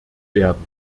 werden